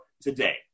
today